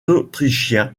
autrichiens